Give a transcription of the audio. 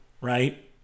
right